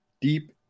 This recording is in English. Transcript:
deep